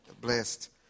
Blessed